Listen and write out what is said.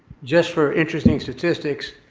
just for interesting statistics,